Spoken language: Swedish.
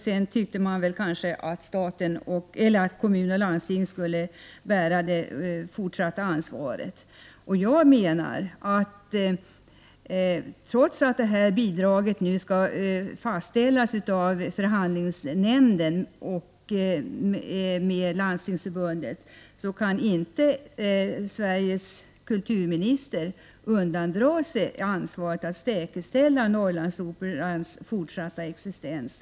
Sedan tyckte man kanske att kommuner och landsting skulle ha det fortsatta ansvaret. Trots att detta bidrag nu skall fastställas i förhandlingar mellan förhandlingsnämnden och Landstingsförbundet, kan Sveriges kulturminister inte undandra sig ansvaret för att säkerställa Norrlandsoperans fortsatta existens.